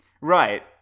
Right